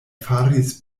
faris